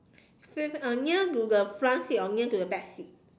seats uh near to the front seat or near to the back seat